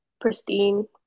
pristine